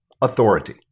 authority